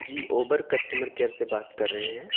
جی Uber customer care سے بات کر رہے ہیں